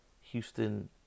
Houston